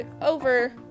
over